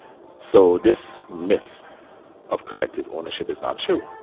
so this myth of collective ownership is not true